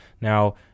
now